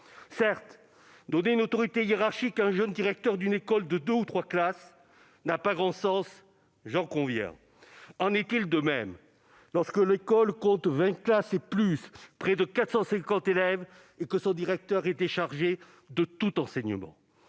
Certes, donner une autorité hiérarchique à un jeune directeur d'une école de deux ou trois classes n'a pas grand sens, j'en conviens. Mais en va-t-il de même lorsque l'école compte vingt classes ou plus et près de 450 élèves et que son directeur est déchargé de tout enseignement ?